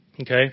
Okay